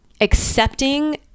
accepting